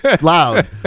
loud